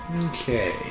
Okay